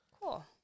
Cool